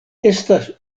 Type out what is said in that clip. estas